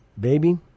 baby